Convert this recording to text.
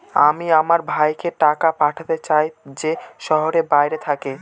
আমি আমার ভাইকে টাকা পাঠাতে চাই যে শহরের বাইরে থাকে